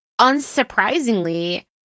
unsurprisingly